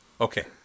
Okay